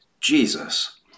Jesus